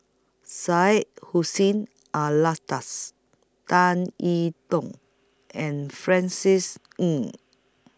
Syed Hussein Alatas Tan E Tong and Francis Ng